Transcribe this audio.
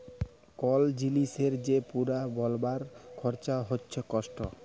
call জিলিসের যে পুরা বলবার খরচা হচ্যে কস্ট